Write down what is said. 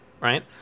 Right